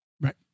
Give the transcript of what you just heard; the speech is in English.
Right